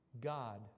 God